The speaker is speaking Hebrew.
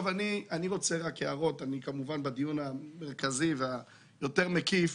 בדיון המרכזי והמקיף